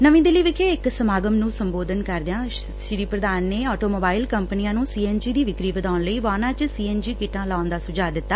ਨਵੀਂ ਦਿੱਲੀ ਵਿਖੇ ਇਕ ਸਮਾਗਮ ਚ ਬੋਲਦਿਆਂ ਸ੍ਰੀ ਪ੍ਰਧਾਨ ਨੇ ਆਟੋ ਮੋਬਾਈਲ ਕੰਪਨੀਆਂ ਨੁੰ ਸੀ ਐਨ ਜੀ ਦੀ ਵਿਕਰੀ ਵਧਾਉਣ ਲਈ ਵਾਹਨਾਂ ਚ ਸੀ ਐਨ ਜੀ ਕਿੱਟਾਂ ਲਾਉਣ ਦਾ ਸੁਝਾਅ ਦਿੱਤਾ